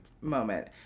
Moment